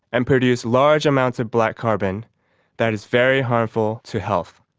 and produce large amounts of black carbon that is very harmful to health.